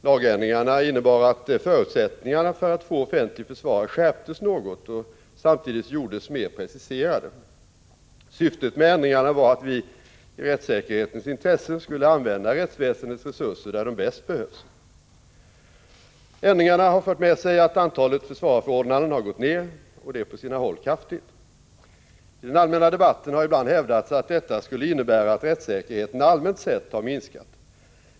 Lagändringarna innebar att förutsättningarna för att få offentlig försvarare skärptes något och samtidigt gjordes mer preciserade. Syftet med ändringarna var att vi — i rättssäkerhetens intresse — skulle använda rättsväsendets resurser där de bäst behövs. Ändringarna har fört med sig att antalet försvararförordnanden har gått ner, och det på sina håll kraftigt. I den allmänna debatten har ibland hävdats att detta skulle innebära att rättssäkerheten allmänt sett har minskat.